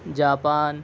Japan